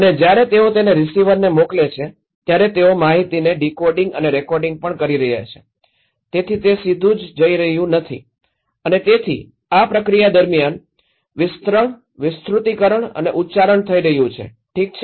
અને જ્યારે તેઓ તેને રીસીવરને મોકલે છે ત્યારે તેઓ માહિતીને ડીકોડિંગ અને રિકોડિંગ પણ કરી રહ્યા છે તેથી તે સીધું જઇ રહ્યું નથી અને તેથી આ પ્રક્રિયા દરમિયાન વિસ્તરણ વિસ્તૃતિકરણ અને ઉચ્ચારણ થઈ રહ્યું છે ઠીક છે